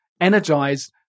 energized